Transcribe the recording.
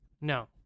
no